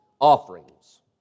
offerings